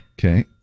Okay